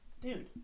Dude